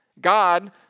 God